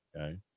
okay